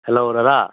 hello দাদা